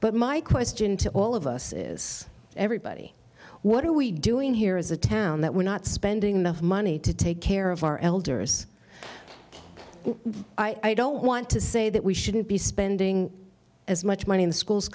but my question to all of us is everybody what are we doing here as a town that we're not spending enough money to take care of our elders i don't want to say that we shouldn't be spending as much money in the schools